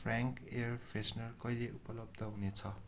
Frank air freshener कहिले उपलब्ध हुनेछ